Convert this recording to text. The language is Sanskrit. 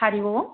हरि ओम्